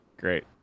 Great